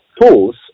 tools